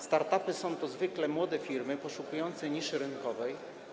Start-upy to zwykle młode firmy poszukujące niszy rynkowej.